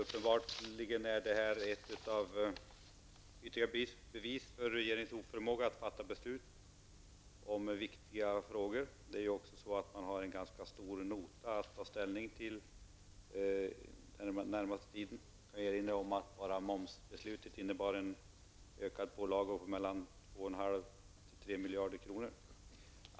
Detta är ytterligare bevis för regeringens oförmåga att fatta beslut om viktiga frågor. Man har också en ganska stor nota att ta ställning till under den närmaste tiden. Jag kan erinra om att endast momsbeslutet innebar ökade pålagor på 2,5--3 miljarder kronor.